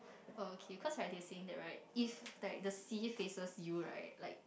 oh okay cause like they saying that right if like the C faces you right like